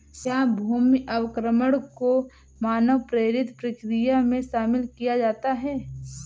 क्या भूमि अवक्रमण को मानव प्रेरित प्रक्रिया में शामिल किया जाता है?